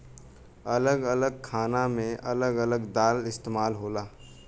अलग अलग खाना मे अलग अलग दाल इस्तेमाल होला